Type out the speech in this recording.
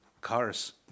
cars